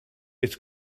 it’s